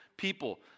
People